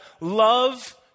love